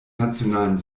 nationalen